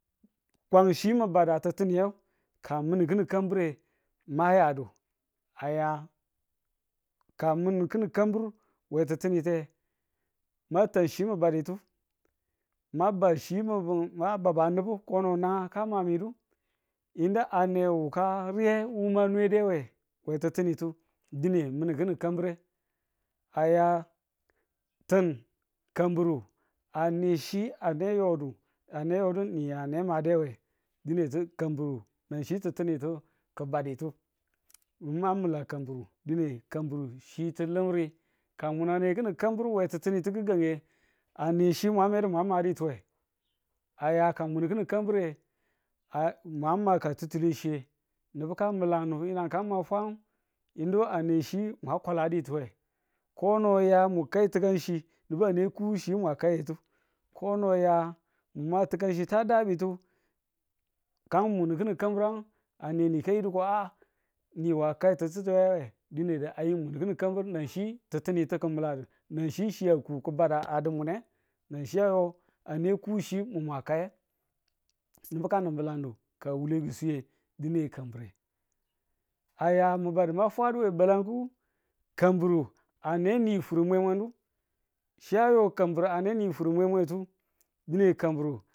kwan chi mi badu ti̱ttinite, ka minu ki̱nin kambure ma yadu a ya ka min ki̱nin kambureng we ti̱ttiniteye, ma tan chi mi̱baditu, ma ba chi ma ba ma babbanubung ko no nanang ka mamidu yinu a ne niwu ka riye wu ma nwedu we ti̱ttinitu dine min ki̱nin kambure aya tin kamburu ane chi a ne yodu ane yodu ni a ne made we dine kamburu nan chi tittinitu ki̱ baditu min ma mila kamburu dine kamburu chi tilinri, ka mun a ne ki̱ni kamburu we tittinitu gi̱gange ane chi mwa medu ma madutuwe aya ka mun gi̱ning kambure a mwa ma ka titile chiye nubu ka milangu yinang ka ma fwange yinu a ne chi mwa kwaladituwe kono a ya mu kai ti̱kanchi nubu a ne ku chi mwa kayitu ko no a ya mu ma tikanchi ta dabitu ka munu kinin kamburang a ne ni kaido ka a niwu a kai chitu we dine a yin mun ki̱nin kamburu nan chi tittinitu ki̱ miladu nan chi chi a ku bada a du mune na chi ayo a ne ku chi mwa kaye nubu kanin milangu ka wule kuswiye dine kambire a ya mi badu ma fwadu a balangu kamburu a ne ni fur mwe mwe nu chi a yo kamburu a ne nin fur mwe mwe tu dine kamburu